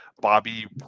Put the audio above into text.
Bobby